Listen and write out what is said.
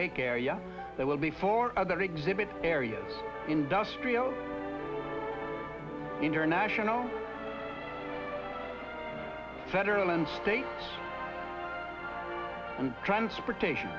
lake area there will be four other exhibit areas industrial international federal and state and transportation